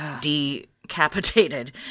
decapitated